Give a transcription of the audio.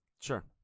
sure